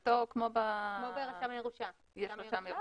זה כמו ברשם הירושה.